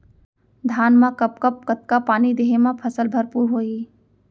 धान मा कब कब कतका पानी देहे मा फसल भरपूर होही?